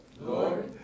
Lord